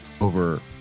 over